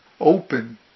open